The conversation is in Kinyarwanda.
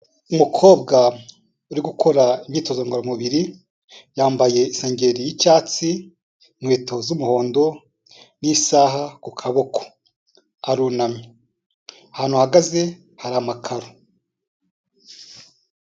Umukobwa uri gukora imyitozo ngororamubiri, yambaye isengeri y'icyatsi, inkweto z'umuhondo n'isaha ku kaboko. Arunamye. Ahantu ahagaze hari amakaro.